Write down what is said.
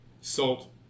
salt